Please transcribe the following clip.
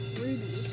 ruby